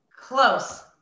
Close